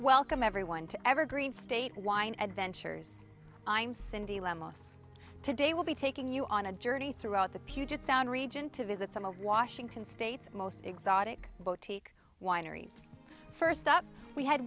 welcome everyone to evergreen state wine adventures i'm cindy lamb us today will be taking you on a journey throughout the puget sound region to visit some of washington state's most exotic boat wineries first stop we had